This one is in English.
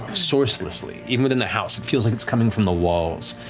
sourcelessly. even within the house, it feels like it's coming from the walls,